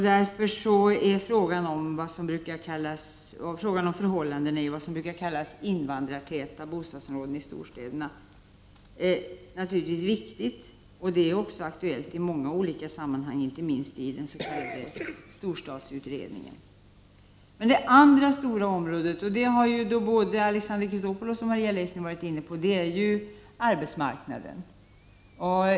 Därför är frågan om förhållandena i vad som brukar kallas invandrartäta bostadsområden i storstäderna naturligtvis viktig och aktuell i många olika sammanhang, inte minst i den s.k. storstadsutredningen. Det andra stora problemområdet, som både Alexander Chrisopoulos och Maria Leissner har varit inne på, är arbetsmarknaden.